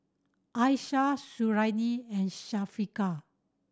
Aishah Suriani and Syafiqah